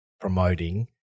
promoting